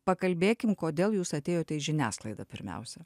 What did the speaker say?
pakalbėkim kodėl jūs atėjote į žiniasklaidą pirmiausia